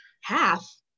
Half